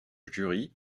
jury